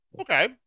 Okay